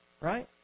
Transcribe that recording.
Right